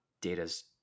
data's